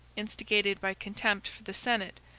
instigated by contempt for the senate,